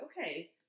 okay